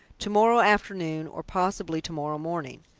to-morrow afternoon, or possibly to-morrow morning.